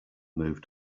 moved